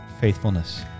faithfulness